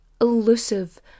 elusive